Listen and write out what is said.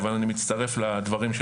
אבל אני מצרף לדברים,